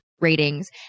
ratings